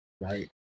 right